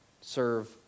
serve